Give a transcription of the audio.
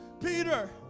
Peter